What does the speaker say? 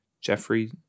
Jeffrey